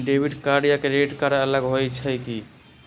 Debit card या credit card अलग होईछ ई?